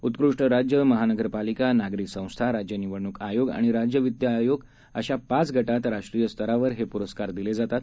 उत्कृष्ट राज्य महानगरपालिका नागरी संस्था राज्य निवडणूक आयोग आणि राज्य वित्त आयोग अशा पाच गटांत राष्ट्रीय स्तरावर हे पुरस्कार दिले जातात